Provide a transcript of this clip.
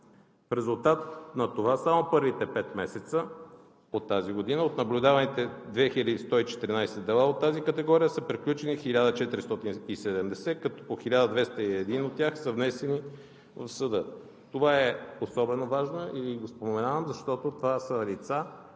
В резултат на това само първите пет месеца от тази година от наблюдаваните 2114 дела от тази категория са приключени 1470, като 1201 от тях са внесени в съда. Това е особено важно и Ви го споменавам, защото това са лица,